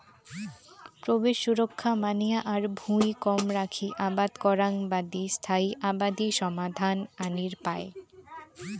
পরিবেশ সুরক্ষা মানিয়া আর ভুঁই কম রাখি আবাদ করাং বাদি স্থায়ী আবাদি সমাধান আনির পায়